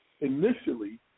initially